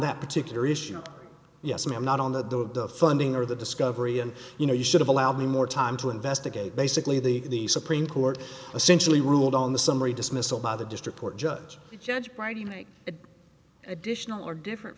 that particular issue yes ma'am not on the funding or the discovery and you know you should've allowed me more time to investigate basically the supreme court essentially ruled on the summary dismissal by the district court judge judge brady make it additional or different